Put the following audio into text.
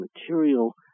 material